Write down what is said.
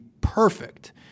perfect